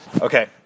Okay